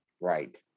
Right